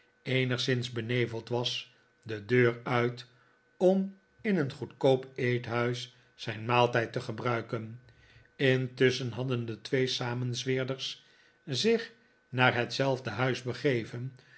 eenigszins beneveld was de deur uit om in een s goedkoop eethuis zijn maaltijd te gebruiken intusschen hadden de twee samenzweerders zich naar hetzelfde huis begeven